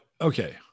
okay